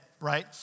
Right